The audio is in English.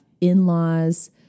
in-laws